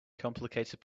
complicated